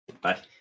Bye